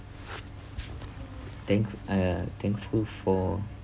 thank uh thankful for